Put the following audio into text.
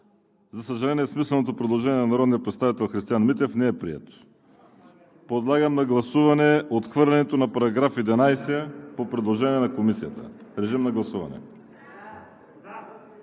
За съжаление, смисленото предложение на народния представител Христиан Митев не е прието. Подлагам на гласуване отхвърлянето на § 11 по предложение на Комисията. (Шум, реплики,